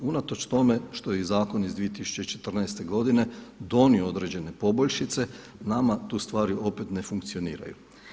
Unatoč tome što je i zakon iz 2014. godine donio određene poboljšice nama tu stvari opet ne funkcioniraju.